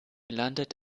landet